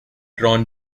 drawn